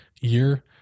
year